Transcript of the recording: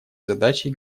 задачей